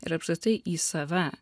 ir apskritai į save